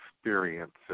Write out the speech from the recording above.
experiences